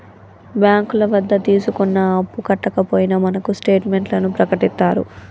బ్యాంకుల వద్ద తీసుకున్న అప్పు కట్టకపోయినా మనకు స్టేట్ మెంట్లను ప్రకటిత్తారు